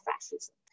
fascism